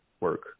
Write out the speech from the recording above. work